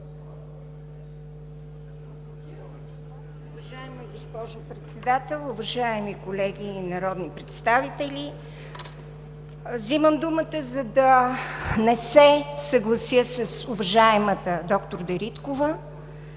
Уважаема госпожо Председател, уважаеми колеги и народни представители! Взимам думата, за да не се съглася с уважаемата доктор Дариткова.